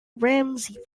ramsey